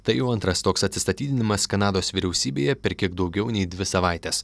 tai jau antras toks atsistatydinimas kanados vyriausybėje per kiek daugiau nei dvi savaites